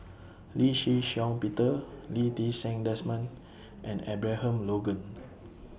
Lee Shih Shiong Peter Lee Ti Seng Desmond and Abraham Logan